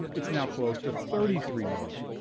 it's now close to thirty three million.